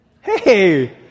Hey